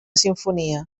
simfonia